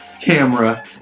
camera